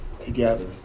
together